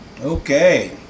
Okay